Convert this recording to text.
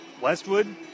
Westwood